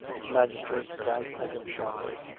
the magistrate glanced at him sharply.